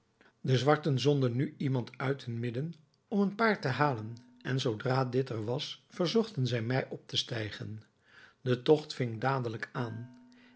de zwarten zonden nu iemand uit hun midden om een paard te halen en zoodra dit er was verzochten zij mij op te stijgen de togt ving dadelijk aan